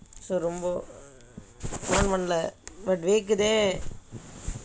so ரொம்ப:romba phone பண்ணலே ஆனால் வேர்க்குது:pannalae aanaal verkkuthu